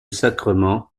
sacrement